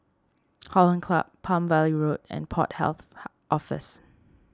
Hollandse Club Palm Valley Road and Port Health Office